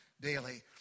daily